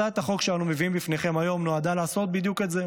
הצעת החוק שאנו מביאים בפניכם היום נועדה לעשות בדיוק את זה.